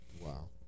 Wow